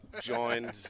joined